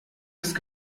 ist